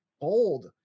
bold